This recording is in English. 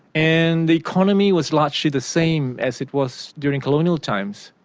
and the economy was largely the same as it was during colonial times,